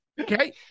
Okay